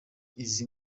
izi